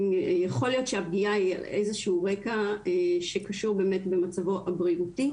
יכול להיות שהפגיעה היא על איזה שהוא רקע שקשור באמת במצבו הבריאותי,